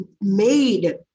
made